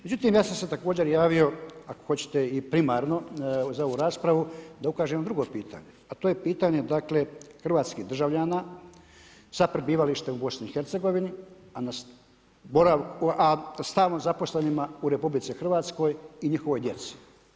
Međutim, ja sam se također javio ako hoćete i primarno za ovu raspravu da ukažem na jedno drugo pitanje a to je pitanje dakle hrvatskih državljana sa prebivalištem u BiH a stalno zaposlenima u RH i njihovoj djeci.